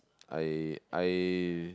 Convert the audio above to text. I I